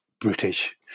British